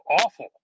awful